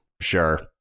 Sure